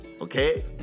okay